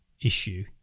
issue